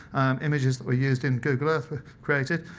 images that were used in google earth were created.